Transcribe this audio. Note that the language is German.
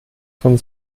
von